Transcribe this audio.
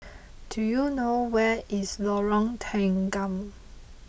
do you know where is Lorong Tanggam